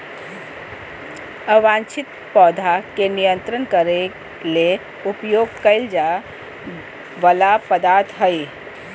अवांछित पौधा के नियंत्रित करे ले उपयोग कइल जा वला पदार्थ हइ